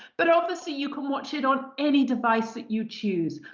but obviously you can watch it on any device that you choose.